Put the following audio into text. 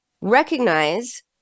recognize